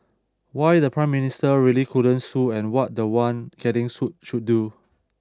why the prime minister really couldn't sue and what the one getting sued should do